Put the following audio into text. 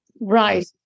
Right